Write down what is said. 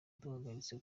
duhagaritse